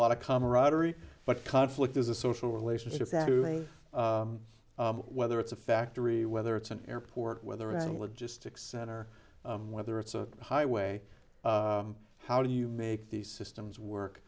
lot of camaraderie but conflict is a social relationships that whether it's a factory whether it's an airport whether any logistics center whether it's a highway how do you make these systems work